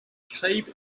cave